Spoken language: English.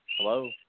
Hello